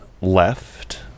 left